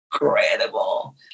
incredible